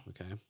Okay